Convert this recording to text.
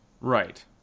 Right